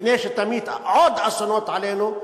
לפני שתמיט עוד אסונות עלינו,